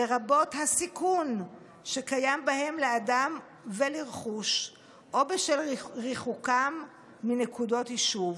לרבות הסיכון שקיים בהם לאדם ולרכוש או בשל ריחוקם מנקודות יישוב.